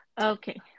Okay